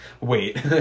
wait